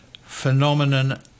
phenomenon